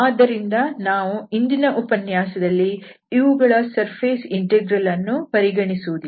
ಆದ್ದರಿಂದ ನಾವು ಇಂದಿನ ಉಪನ್ಯಾಸದಲ್ಲಿ ಇವುಗಳ ಸರ್ಫೇಸ್ ಇಂಟೆಗ್ರಲ್ ಅನ್ನು ಪರಿಗಣಿಸುವುದಿಲ್ಲ